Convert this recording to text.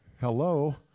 Hello